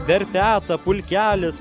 verpeta pulkelis